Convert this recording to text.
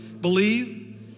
Believe